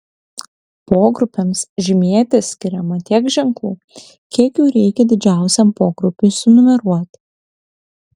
pogrupiams žymėti skiriama tiek ženklų kiek jų reikia didžiausiam pogrupiui sunumeruoti